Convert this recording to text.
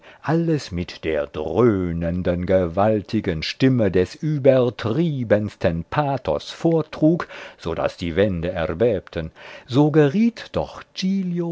alles mit der dröhnenden gewaltigen stimme des übertriebensten pathos vortrug so daß die wände erbebten so geriet doch